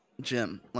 Jim